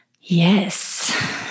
Yes